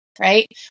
right